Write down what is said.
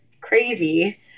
crazy